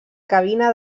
cabina